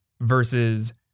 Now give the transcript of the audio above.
versus